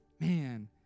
Man